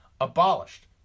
abolished